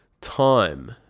time